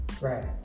Right